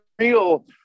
real